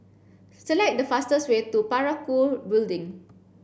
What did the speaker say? select the fastest way to Parakou Building